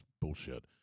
bullshit